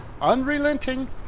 unrelenting